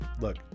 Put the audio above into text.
Look